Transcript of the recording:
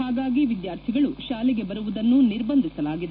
ಹಾಗಾಗಿ ವಿದ್ಯಾರ್ಥಿಗಳು ಶಾಲೆಗೆ ಬರುವುದನ್ನು ನಿರ್ಬಂಧಿಸಲಾಗಿದೆ